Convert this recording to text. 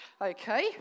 Okay